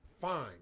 fine